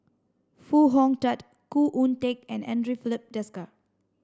Foo Hong Tatt Khoo Oon Teik and Andre Filipe Desker